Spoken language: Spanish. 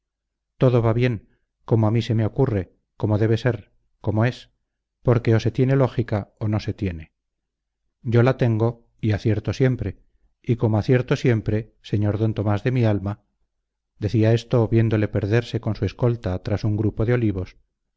todo va bien como a mí se me ocurre como debe ser como es porque o se tiene lógica o no se tiene yo la tengo y acierto siempre y como acierto siempre sr d tomás de mi alma decía esto viéndole perderse con su escolta tras un grupo de olivos debo manifestar a vuecencia que yo no me asusto de